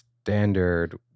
standard